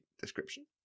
description